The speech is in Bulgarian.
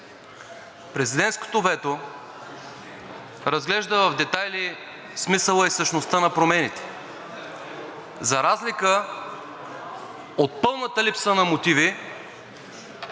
президентското вето разглежда в детайли смисъла и същността на промените, за разлика от пълната липса на мотиви